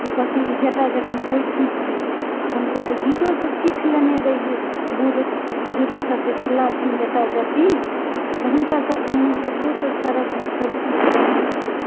उ कहथिन ई जटा जटिन होइकी छै आओर हमसब तऽ गीतो सब सीख लेने रहियै बूढ़ बुजुर्ग सब जे खेलाथिन जटा जटिन तऽ हुनका सबके मुँहसँ बहुत सारा गीत सब सीख लेने रहौं